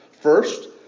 First